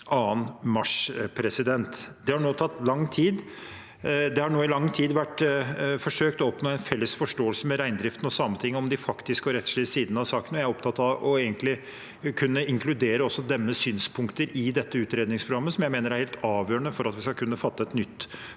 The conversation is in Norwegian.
2. mars. Det har nå i lang tid vært forsøkt å oppnå en felles forståelse med reindriften og Sametinget om de faktiske og rettslige sidene av saken, og jeg er opptatt av å kunne inkludere også deres synspunkter i dette utredningsprogrammet, som jeg mener er helt avgjørende for at vi skal kunne fatte et nytt